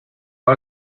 ver